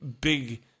big